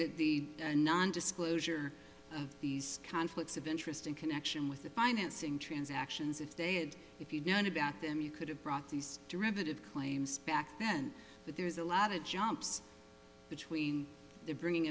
that the non disclosure of these conflicts of interest in connection with the financing transactions if they had if you'd known about them you could have brought these derivative claims back then but there's a lot of jumps between the bringing